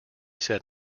said